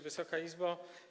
Wysoka Izbo!